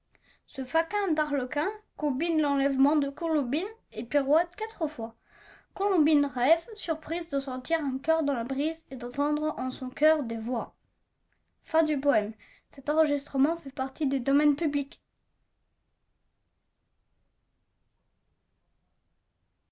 ce faquin d'arlequin combine l'enlèvement de colombine et pirouette quatre fois colombine rêve surprise de sentir un coeur dans la brise et d'entendre en son coeur des voix